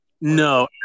No